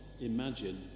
Imagine